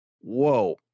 Whoa